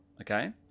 okay